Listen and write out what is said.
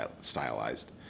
stylized